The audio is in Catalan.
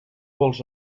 vols